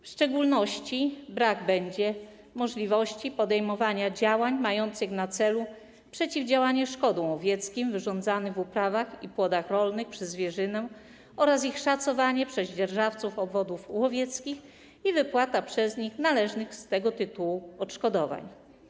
W szczególności brak będzie możliwości podejmowania działań mających na celu przeciwdziałanie szkodom łowieckim wyrządzanym w uprawach i płodach rolnych przez zwierzynę oraz ich szacowanie przez dzierżawców obwodów łowieckich i wypłatę przez nich należnych z tego tytułu odszkodowań.